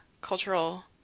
cultural